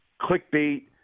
clickbait